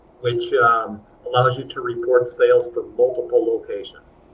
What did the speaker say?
which ah um allows you to report sales from multiple locations.